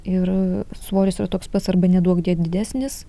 ir svoris yra toks pats arba neduokdie didesnis